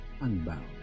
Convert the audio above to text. unbound